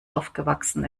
aufgewachsen